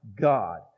God